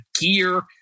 gear